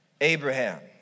Abraham